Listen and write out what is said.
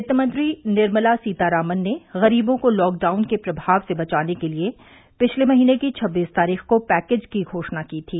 वित्तमंत्री निर्मला सीतारामन ने गरीबों को लॉकडाउन के प्रभाव से बचाने के लिए पिछले महीने की छब्बीस तारीख को पैकेज की घोषणा की थी